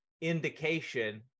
indication